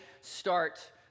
start